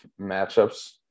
matchups